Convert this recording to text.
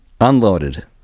unloaded